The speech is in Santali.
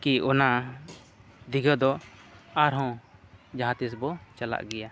ᱠᱤ ᱚᱱᱟ ᱫᱤᱜᱷᱟᱹ ᱫᱚ ᱟᱨᱦᱚᱸ ᱡᱟᱦᱟᱸ ᱛᱤᱥ ᱵᱚ ᱪᱟᱞᱟᱜ ᱜᱮᱭᱟ